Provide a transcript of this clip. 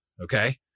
okay